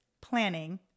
planning